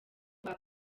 kwa